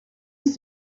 ist